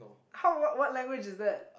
how what what language is that